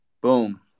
Boom